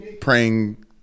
praying